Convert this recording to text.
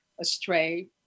astray